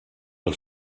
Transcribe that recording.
del